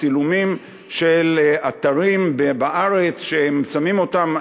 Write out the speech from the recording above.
צילומים של אתרים בארץ שהם שמים אותם.